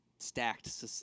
stacked